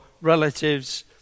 relatives